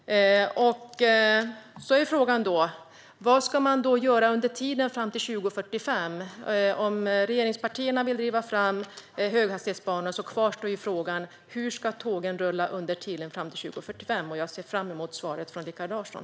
Frågan är då: Vad ska man göra under tiden fram till 2045? Om regeringspartierna vill driva fram höghastighetsbanor kvarstår ju frågan hur tågen ska rulla under tiden fram till 2045. Jag ser fram emot svaret från Rikard Larsson.